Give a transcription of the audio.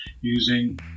using